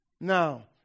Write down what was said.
Now